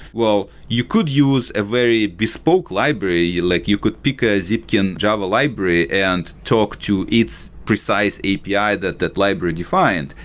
well, you could use a very bespoke library. you like you could pick a zipkin java library and talk to its precise api that that library defined.